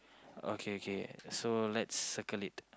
okay okay so let's circle it